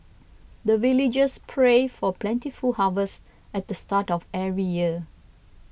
the villagers pray for plentiful harvest at the start of every year